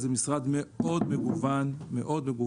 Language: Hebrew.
זה משרד מגוון מאוד,